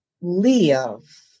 live